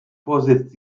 vorsitz